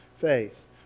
faith